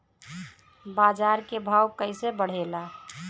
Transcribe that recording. बाजार के भाव कैसे बढ़े ला?